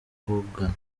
kogana